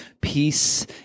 peace